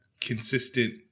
consistent